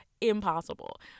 impossible